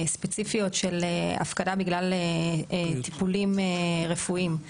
ספציפיות של הפקדה בגלל טיפולים רפואיים.